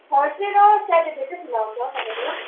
Thursday र Saturday चाहिँ खुल्ला हुन्छ तपाईँको